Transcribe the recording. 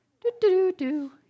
Do-do-do-do